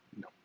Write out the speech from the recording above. No